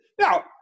Now